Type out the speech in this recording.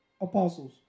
apostles